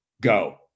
go